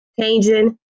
changing